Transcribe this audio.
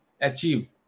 achieve